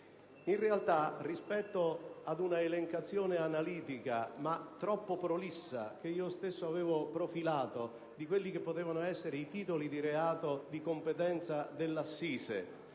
alla formula dell'elencazione analitica, ma troppo prolissa, che io stesso avevo profilato di quelli che potevano essere i titoli di reato di competenza della